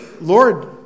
lord